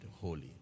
holy